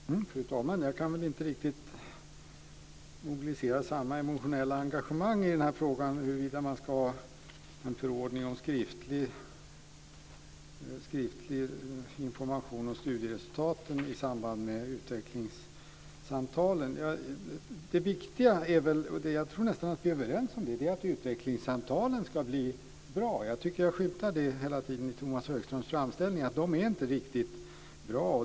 Fru talman! Jag kan inte riktigt mobilisera samma emotionella engagemang i denna fråga huruvida man ska ha en förordning om skriftlig information om studieresultaten i samband med utvecklingssamtalen. Det viktiga är väl, och jag tror nästan att vi är överens om det, att utvecklingssamtalen ska bli bra? Jag tycker att jag skymtar det hela tiden i Tomas Högströms framställning, att de inte är riktigt bra.